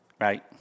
Right